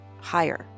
Higher